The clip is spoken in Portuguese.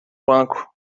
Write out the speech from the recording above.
banco